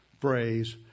phrase